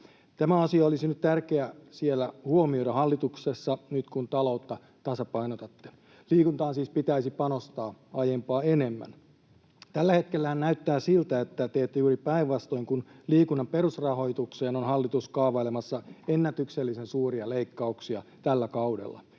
Tämä asia olisi nyt tärkeää huomioida siellä hallituksessa, nyt kun taloutta tasapainotatte. Liikuntaan siis pitäisi panostaa aiempaa enemmän. Tällä hetkellähän näyttää siltä, että teette juuri päinvastoin, kun liikunnan perusrahoitukseen on hallitus kaavailemassa ennätyksellisen suuria leikkauksia tällä kaudella.